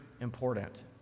important